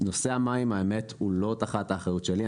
נושא המים האמת הוא לא תחת האחריות שלי,